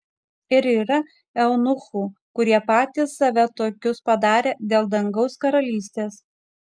ir yra eunuchų kurie patys save tokius padarė dėl dangaus karalystės